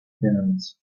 parents